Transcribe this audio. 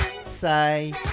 say